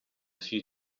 few